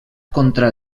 contra